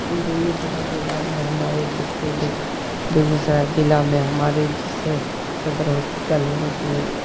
बेगूसराय ज़िला में हमारे जैसे देक बेगूसराय ज़िला में हमारे जैसे सदर होस्पिटल है उसमें